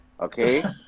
Okay